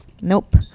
Nope